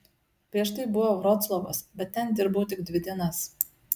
prieš tai buvo vroclavas bet ten dirbau tik dvi dienas